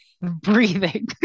Breathing